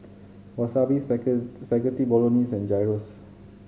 Wasabi Spaghetti Bolognese and Gyros